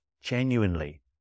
genuinely